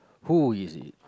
who is it